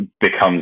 becomes